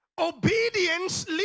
obedience